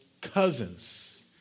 cousins